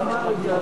צבא,